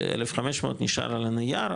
ו-1,500 נשאר על הנייר,